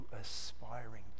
aspiring